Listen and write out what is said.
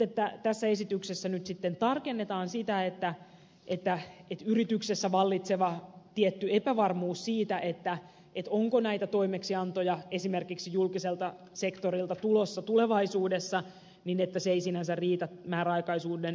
mutta tässä esityksessä tarkennetaan sitä että yrityksessä vallitseva tietty epävarmuus siitä onko näitä toimeksiantoja esimerkiksi julkiselta sektorilta tulossa tulevaisuudessa ei sinänsä riitä määräaikaisuuden perusteeksi